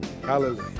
Hallelujah